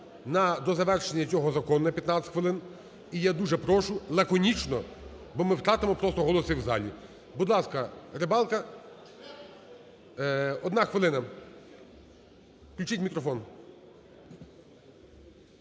до завершення цього закону на 15 хвилин. І я дуже прошу лаконічно, бо ми втратимо просто голоси в залі. Будь ласка, Рибалка, 1 хвилина. Включіть мікрофон.